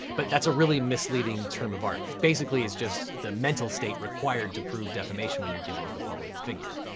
but that's a really misleading term of art. basically, it's just the mental state required to prove defamation when you're dealing with a public figure.